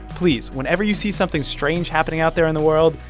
please, whenever you see something strange happening out there in the world,